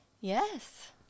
Yes